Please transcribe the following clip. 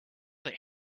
that